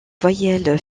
voyelles